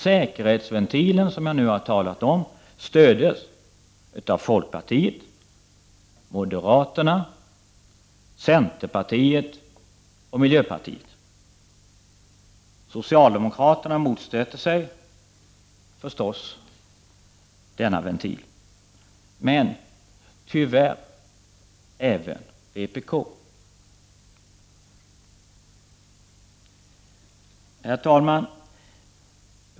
Säkerhetsventilen, som jag nu har talat om, stödjes av folkpartiet, moderaterna, centerpartiet och miljöpartiet. Socialdemokraterna motsätter sig — förstås — denna ventil, men tyvärr även vpk. Herr talman!